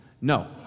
No